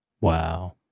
Wow